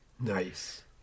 Nice